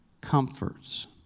Comforts